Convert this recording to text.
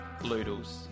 Loodles